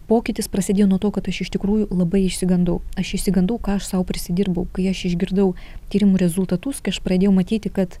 pokytis prasidėjo nuo to kad aš iš tikrųjų labai išsigandau aš išsigandau ką aš sau prisidirbau kai aš išgirdau tyrimų rezultatus kai aš pradėjau matyti kad